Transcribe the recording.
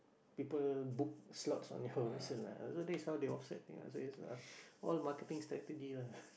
people book slots on your vessel lah so that is how they offset ya so it's a all marketing strategy lah